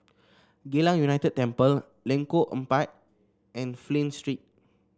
Geylang United Temple Lengkok Empat and Flint Street